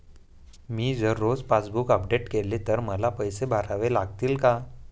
मी जर रोज passbook update केले तर मला पैसे भरावे लागतील का?